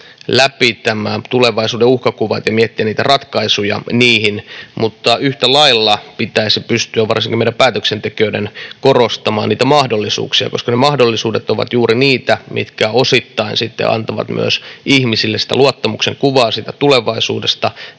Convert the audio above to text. läpi tulevaisuuden uhkakuvat ja miettiä ratkaisuja niihin, mutta yhtä lailla pitäisi pystyä, varsinkin meidän päätöksentekijöiden, korostamaan niitä mahdollisuuksia, koska ne mahdollisuudet ovat juuri niitä, mitkä osittain sitten antavat ihmisille myös sitä luottamuksen kuvaa tulevaisuudesta,